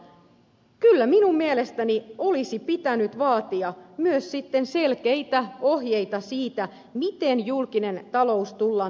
kyllä minun mielestäni olisi pitänyt vaatia myös sitten selkeitä ohjeita siitä miten julkinen talous tullaan tasapainottamaan